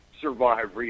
survive